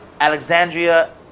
Alexandria